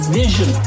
vision